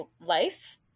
life